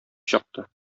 чыкты